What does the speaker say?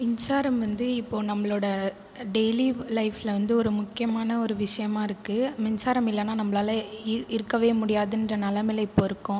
மின்சாரம் வந்து இப்போது நம்ளோடய டெய்லி லைஃபில் வந்து ஒரு முக்கியமான ஒரு விஷயமாயிருக்கு மின்சாரம் இல்லைனா நம்ளால இருக்கவே முடியாதுன்ற நிலமைல இப்போ இருக்கோம்